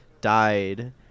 died